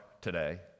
today